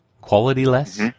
Quality-less